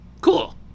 cool